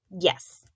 Yes